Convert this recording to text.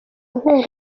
nkunga